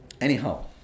Anyhow